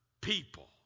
people